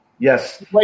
Yes